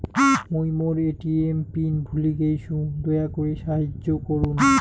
মুই মোর ATM pin ভুলে গেইসু, দয়া করি সাহাইয্য করুন